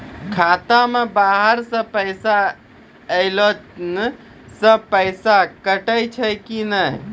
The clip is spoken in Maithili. खाता मे बाहर से पैसा ऐलो से पैसा कटै छै कि नै?